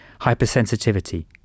hypersensitivity